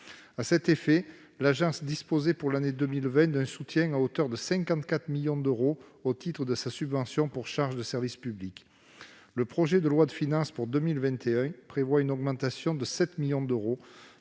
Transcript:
À cet effet, l'agence disposait pour l'année 2020 d'un soutien à hauteur de 54 millions d'euros au titre de sa subvention pour charges de service public. Le projet de loi de finances pour 2021 prévoit une augmentation de 7 millions d'euros,